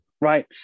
Right